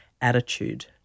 attitude